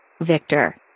Victor